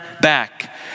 back